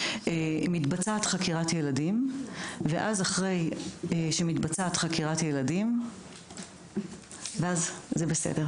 מתבצעת חקירת ילדים ואז אחרי שמתבצעת חקירת ילדים --- דרך אגב,